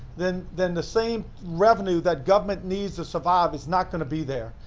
then then the same revenue that government needs to survive is not going to be there.